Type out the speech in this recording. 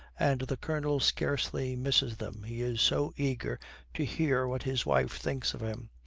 and the colonel scarcely misses them, he is so eager to hear what his wife thinks of him.